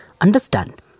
Understand